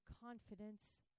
confidence